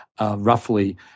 roughly